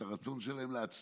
את הרצון שלהן להצליח.